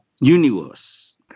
universe